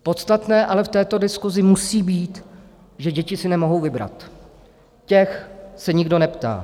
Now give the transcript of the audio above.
Podstatné ale v této diskusi musí být, že děti si nemohou vybrat, těch se nikdo neptá.